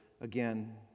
again